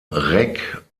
reck